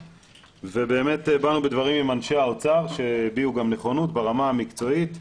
באנו בדברים עם אנשי האוצר שגם הביעו נכונות ברמה המקצועית.